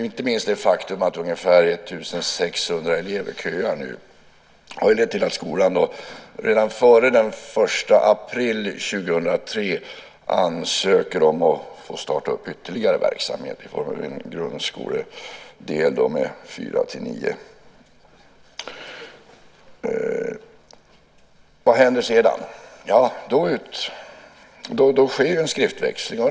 Inte minst det faktum att ungefär 1 600 elever nu köar har lett till att skolan redan före den 1 april 2003 ansökt om att få starta ytterligare verksamhet. Det gäller en grundskoledel med klass 4-9. Vad händer sedan? Då sker det en skriftväxling.